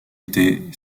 était